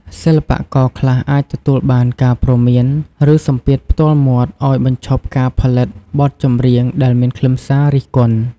សិល្បករខ្លះអាចទទួលបានការព្រមាន ឬសម្ពាធផ្ទាល់មាត់ឱ្យបញ្ឈប់ការផលិតបទចម្រៀងដែលមានខ្លឹមសាររិះគន់។